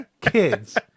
kids